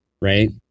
right